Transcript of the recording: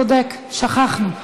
צודק, שכחנו.